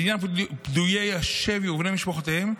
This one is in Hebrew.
4. לעניין לפדויי השבי ובני משפחותיהם,